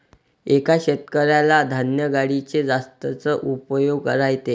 एका शेतकऱ्याला धान्य गाडीचे जास्तच उपयोग राहते